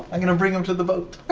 i'm going to bring him to the boat.